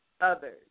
others